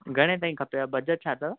घणे ताईं खपेव बजट छा अथव